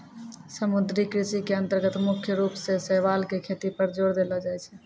समुद्री कृषि के अन्तर्गत मुख्य रूप सॅ शैवाल के खेती पर जोर देलो जाय छै